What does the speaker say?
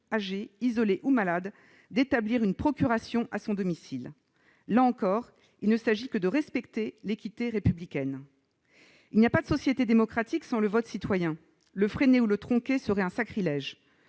âgée, isolée ou malade la possibilité d'établir une procuration à son domicile. Là encore, il ne s'agit que de respecter l'équité républicaine. Il n'y a pas de société démocratique sans vote citoyen. Le freiner ou le tronquer serait un sacrilège.